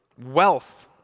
Wealth